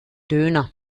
döner